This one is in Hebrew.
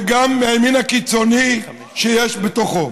וגם מהימין הקיצוני שיש בתוכו.